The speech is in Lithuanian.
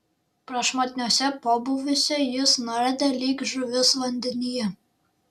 prašmatniuose pobūviuose jis nardė lyg žuvis vandenyje